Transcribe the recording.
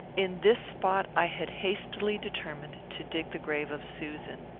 in this spot i had hastily determined to dig the grave of susan.